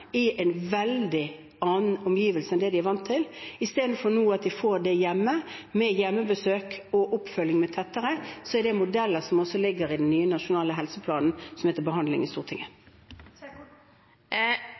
i veldig annerledes omgivelser enn det de er vant til, men som nå istedenfor får hjelpen hjemme, med hjemmebesøk og tettere oppfølging. Det er modeller som også ligger i den nye nasjonale helseplanen som er til behandling i Stortinget.